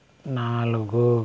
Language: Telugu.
నాలుగు